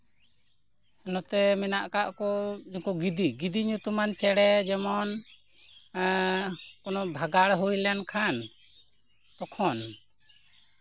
ᱱᱚᱛᱮ ᱢᱮᱱᱟᱜ ᱟᱠᱟᱫ ᱠᱚ ᱱᱩᱠᱩ ᱜᱤᱫᱤ ᱜᱤᱫᱤ ᱧᱩᱛᱩᱢᱟᱱ ᱪᱮᱬᱮ ᱡᱮᱢᱚᱱ ᱮᱸᱻ ᱠᱳᱱᱳ ᱵᱷᱟᱜᱟᱲ ᱦᱩᱭ ᱞᱮᱱᱠᱷᱟᱱ ᱛᱚᱠᱷᱚᱱ